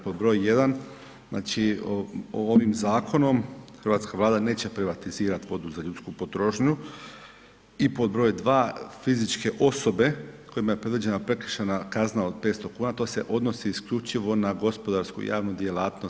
Pod broj jedan, znači ovim zakonom Hrvatska vlada neće privatizirati vodu za ljudsku potrošnju i pod broj dva fizičke osobe kojima je predviđena prekršajna kazna od 500 kuna to se odnosi isključivo na gospodarsku javnu djelatnost.